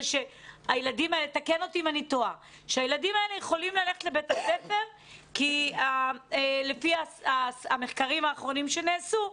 זה שהילדים האלה יכולים ללכת לבית הספר כי לפי המחקרים האחרונים שנעשו,